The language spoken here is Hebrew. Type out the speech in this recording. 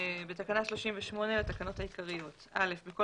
במקום תקנה 38 לתקנות העיקריות יבוא: בכל